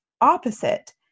opposite